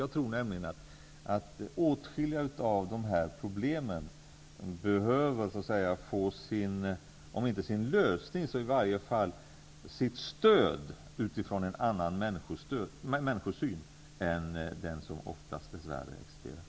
Jag tror nämligen att åtskilliga av de här problemen behöver få om inte sin lösning så i varje fall sitt stöd utifrån en annan människosyn än den som dess värre oftast existerar.